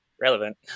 relevant